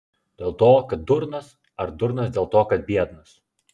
dėl to kad durnas ar durnas dėl to kad biednas